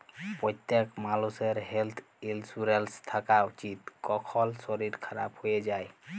প্যত্তেক মালুষের health insurance থ্যাকা উচিত, কখল শরীর খারাপ হয়ে যায়